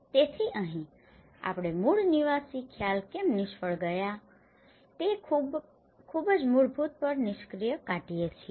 તેથી અહીં આપણે મૂળ નિવાસી ખ્યાલ કેમ નિષ્ફળ ગયા તે ખૂબ જ મૂળભૂત પર નિષ્કર્ષ કાઢીએ છીએ